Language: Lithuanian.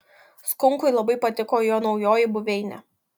skunkui labai patiko jo naujoji buveinė